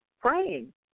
praying